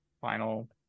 final